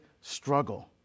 struggle